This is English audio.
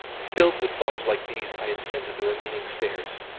filled with thoughts like these, i ascended the remaining stairs.